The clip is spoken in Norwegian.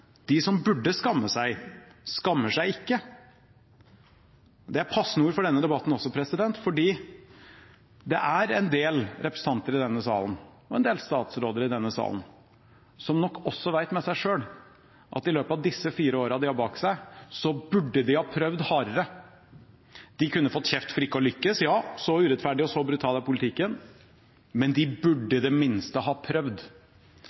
De som burde skamme seg, skammer seg ikke. Det er passende ord for denne debatten også, fordi det er en del representanter i denne salen, og en del statsråder i denne salen, som nok også vet med seg selv at i løpet av disse fire årene de har bak seg, burde de ha prøvd hardere. De kunne fått kjeft for ikke å lykkes. Ja, så urettferdig og så brutal er politikken. Men de burde i det minste ha prøvd.